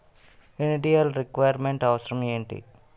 Initial requirement అవసరం ఎంటి?